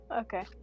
okay